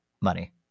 money